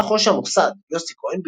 שלח ראש המוסד יוסי כהן,